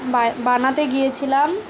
বানাতে গিয়েছিলাম